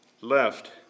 left